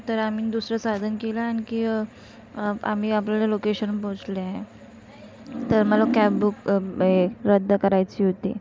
तर आम्ही दुसरं साधन केलं आणखी आम्ही आपल्या लोकेशन पोहोचलो आहे तर मला कॅब बुक हे रद्द करायची होती